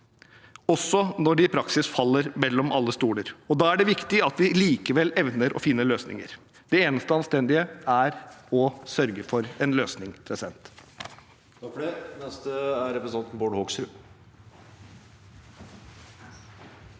også når de i praksis faller mellom alle stoler. Da er det viktig at vi likevel evner å finne løsninger. Det eneste anstendige er å sørge for en løsning. Stein